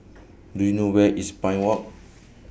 Do YOU know Where IS Pine Walk